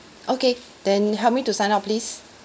okay then help me to sign up please